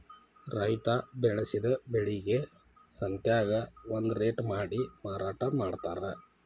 ರೈತಾ ಬೆಳಸಿದ ಬೆಳಿಗೆ ಸಂತ್ಯಾಗ ಒಂದ ರೇಟ ಮಾಡಿ ಮಾರಾಟಾ ಮಡ್ತಾರ